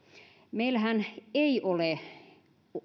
meillähän ei ole